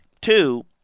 Two